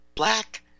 Black